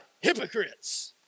hypocrites